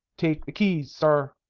take the keys, sir.